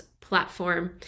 platform